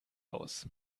aus